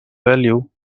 value